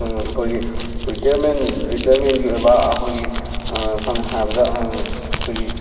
ꯑꯩꯈꯣꯏꯒꯤ ꯔꯤꯇꯔꯃꯦꯟ ꯔꯤꯇꯔꯃꯦꯟꯒꯤ ꯑꯣꯏꯕ ꯑꯩꯈꯣꯏꯒꯤ ꯁꯝꯅ ꯍꯥꯏꯔꯕꯗ ꯑꯩꯈꯣꯏꯒꯤ